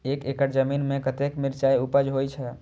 एक एकड़ जमीन में कतेक मिरचाय उपज होई छै?